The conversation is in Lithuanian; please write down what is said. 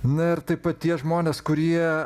na ir taip pat tie žmonės kurie